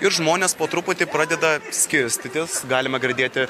ir žmonės po truputį pradeda skirstytis galime girdėti